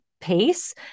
pace